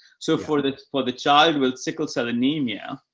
so for the, for the child with sickle cell anemia,